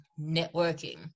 networking